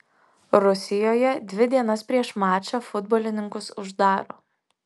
rusijoje dvi dienas prieš mačą futbolininkus uždaro